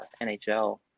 nhl